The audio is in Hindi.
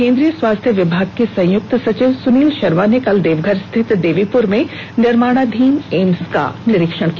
केन्द्रीय स्वास्थ्य विभाग के संयुक्त सचिव सुनील शर्मा ने कल देवघर स्थित देवीपुर में निर्माणाधीन एम्स का निरीक्षण किया